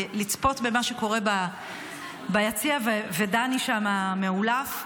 לצפות במה שקורה ביציע, ודני מעולף שם.